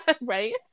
Right